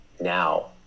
now